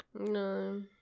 No